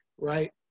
Right